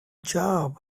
job